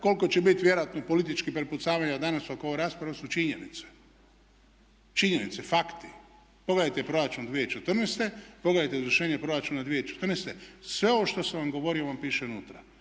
koliko će biti vjerojatno političkih prepucavanja danas oko ove rasprave ovo su činjenice, činjenice, fakti. Pogledajte proračun 2014., pogledajte izvršenje proračuna 2014. Sve ovo što sam vam govorio vam piše unutra.